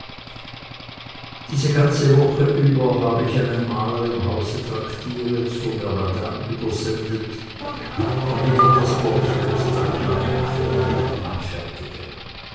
diese ganze woche habe ich einen mahler im hause tractiret so mir madame übersendet damit er das portrait der kleinen fräulein anfertige